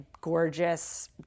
gorgeous